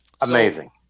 Amazing